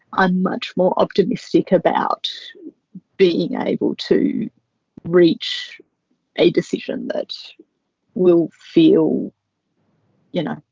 i'm much more optimistic about being able to reach a decision that will feel you know.